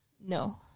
No